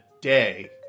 day